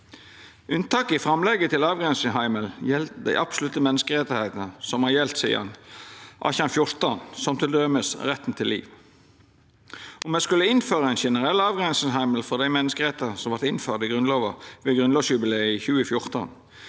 Unntaket i framlegget til avgrensingsheimel gjeld dei absolutte menneskerettane som har gjeldt sidan 1814, som til dømes retten til liv. Om ein skulle innføra ein generell avgrensingsheimel for dei menneskerettane som vart innførte i Grunnlova ved grunnlovsjubileet i 2014,